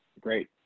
Great